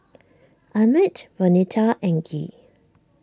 Emett Vonetta and Gee